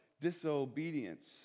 disobedience